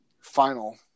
final